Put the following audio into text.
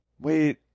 wait